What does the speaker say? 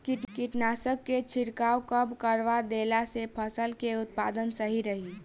कीटनाशक के छिड़काव कब करवा देला से फसल के उत्पादन सही रही?